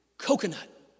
Coconut